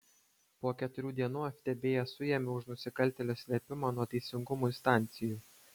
po keturių dienų ftb ją suėmė už nusikaltėlio slėpimą nuo teisingumo instancijų